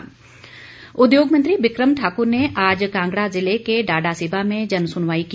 बिक्रम ठाक्र उद्योग मंत्री बिक्रम ठाक्र ने आज कांगड़ा ज़िले के डाडासीबा में जनस्नवाई की